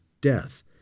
death